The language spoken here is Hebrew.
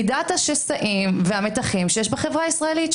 מידת השסעים והמתחים שיש בחברה הישראלית.